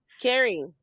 carrie